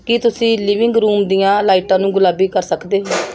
ਕੀ ਤੁਸੀਂ living room ਦੀਆਂ ਲਾਈਟਾਂ ਨੂੰ ਗੁਲਾਬੀ ਕਰ ਸਕਦੇ ਹੋ